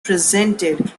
represented